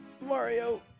Mario